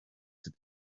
that